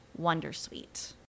Wondersuite